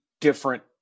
different